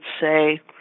say